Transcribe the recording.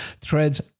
threads